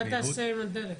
מה תעשה עם הדלק?